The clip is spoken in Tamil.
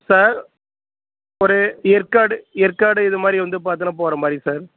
சார் ஒரு ஏற்காடு ஏற்காடு இதுமாதிரி வந்து பார்த்தோனா போகிற மாதிரி சார்